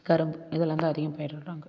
கரும்பு இதெல்லாம்தான் அதிகம் பயிரிடுறாங்க